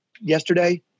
yesterday